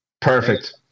Perfect